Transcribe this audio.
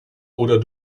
oder